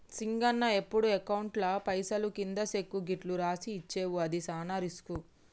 సింగన్న ఎప్పుడు అకౌంట్లో పైసలు కింది సెక్కు గిట్లు రాసి ఇచ్చేవు అది సాన రిస్కు